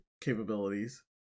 capabilities